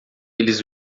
eles